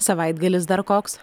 savaitgalis dar koks